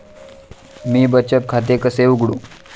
मी बचत खाते कसे उघडू?